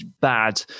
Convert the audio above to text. bad